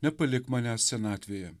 nepalik manęs senatvėje